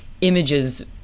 images